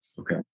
Okay